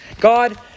God